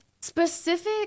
specific